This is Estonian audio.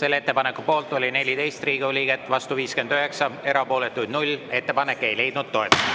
Selle ettepaneku poolt oli 14 Riigikogu liiget, vastu 59, erapooletuid 0. Ettepanek ei leidnud toetust.